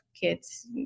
kids